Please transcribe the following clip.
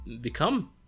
become